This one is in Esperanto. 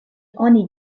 oni